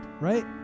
right